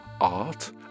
art